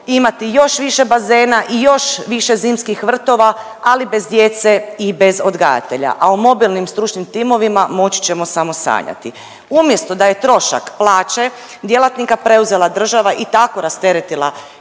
imati još više bazena i još više zimskih vrtova, ali bez djece i bez odgajatelja, a o mobilnim stručnim timovima moći ćemo samo sanjati. Umjesto da je trošak plaće djelatnika preuzela država i tako rasteretila